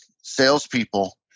salespeople